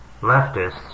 leftists